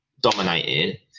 dominated